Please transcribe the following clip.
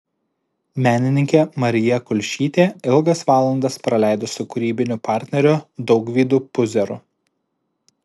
menininkė marija kulšytė ilgas valandas praleido su kūrybiniu partneriu daugvydu puzeru